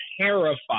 terrified